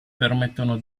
permettono